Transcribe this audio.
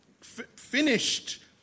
finished